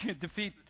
defeat